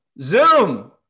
Zoom